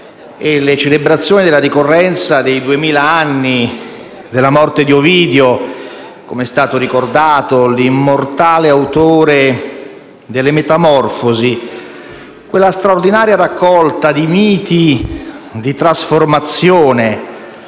e le celebrazioni della ricorrenza dei duemila anni dalla morte di Ovidio, com'è stato ricordato, l'immortale autore delle Metamorfosi, straordinaria raccolta di miti di trasformazione: